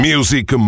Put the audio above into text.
Music